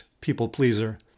people-pleaser